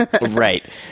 Right